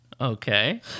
Okay